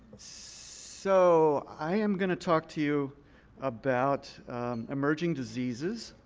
so i am going to talk to you about emerging diseases,